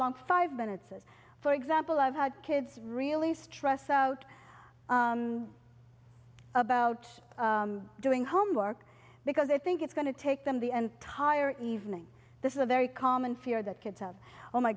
long five minutes is for example i've had kids really stressed out about doing homework because i think it's going to take them the and tired evening this is a very common fear that kids have oh my